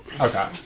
Okay